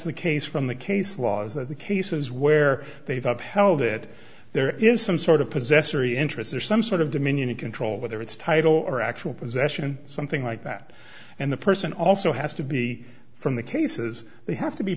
the case from the case laws of the cases where they've held it there is some sort of possessory interest or some sort of dominion and control whether it's title or actual possession something like that and the person also has to be from the cases they have to be